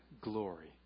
glory